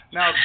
Now